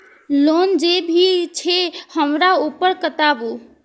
Loan जे भी छे हमरा ऊपर बताबू?